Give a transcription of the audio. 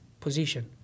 position